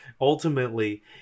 ultimately